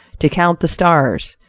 to count the stars,